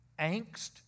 angst